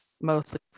mostly